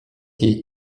jej